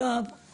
הבטן שלו נפוחה,